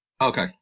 Okay